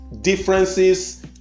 differences